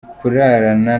kurarana